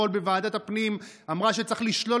שאמרה אתמול בוועדת הפנים שצריך לשלול